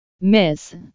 Miss